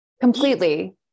Completely